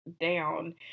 down